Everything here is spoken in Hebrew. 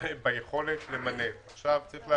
ביכולת למנף.